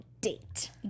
date